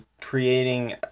Creating